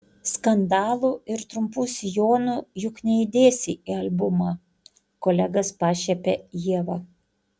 skandalų ir trumpų sijonų juk neįdėsi į albumą kolegas pašiepia ieva